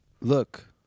Look